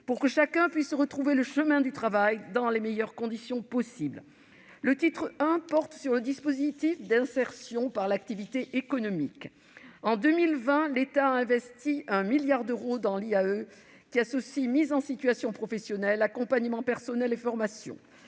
afin que chacun puisse retrouver le chemin du travail dans les meilleures conditions possible. Le titre I porte sur le dispositif d'insertion par l'activité économique. En 2020, l'État a investi 1 milliard d'euros dans l'insertion par l'activité économique, qui associe mise en situation professionnelle, accompagnement personnel et formation.